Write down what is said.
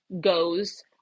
goes